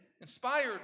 inspired